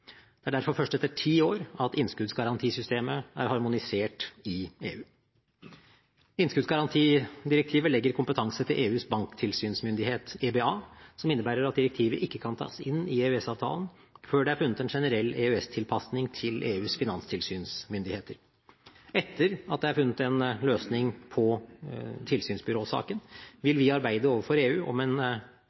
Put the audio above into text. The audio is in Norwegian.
Det er derfor først etter ti år at innskuddsgarantisystemet er harmonisert i EU. Innskuddsgarantidirektivet legger kompetanse til EUs banktilsynsmyndighet, EBA, som innebærer at direktivet ikke kan tas inn i EØS-avtalen før det er funnet en generell EØS-tilpasning til EUs finanstilsynsmyndigheter. Etter at det er funnet en løsning på tilsynsbyråsaken, vil vi arbeide overfor EU